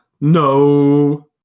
no